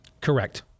Correct